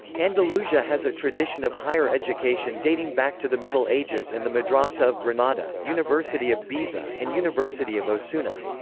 andalusia has a tradition of higher education dating back to the middle ages and the madrasah of granada, university of baeza, and university of osuna.